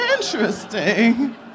Interesting